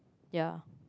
ya